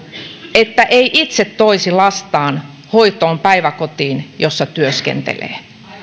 että ei itse toisi lastaan hoitoon päiväkotiin jossa työskentelee